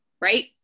Right